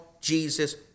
Jesus